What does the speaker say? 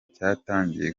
cyatangiye